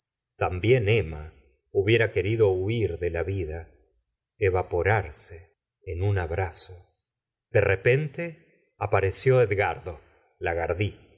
también emma hubiera querido huir de la vida evaporarse en un abrazo de repente apareció edgardo lagardy